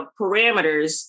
parameters